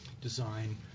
design